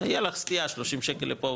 יהיה לך סטייה שלושים שקל לפה,